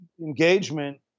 engagement